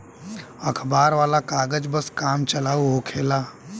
अखबार वाला कागज बस काम चलाऊ होखेला